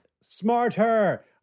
smarter